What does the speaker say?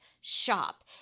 shop